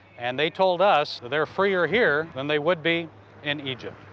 and they told us theyire freer here than they would be in egypt.